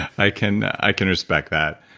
i can i can respect that.